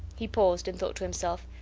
he paused, and thought to himself,